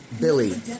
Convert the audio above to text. Billy